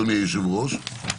אדוני היושב-ראש.